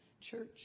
church